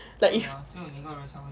like if